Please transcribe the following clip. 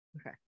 Okay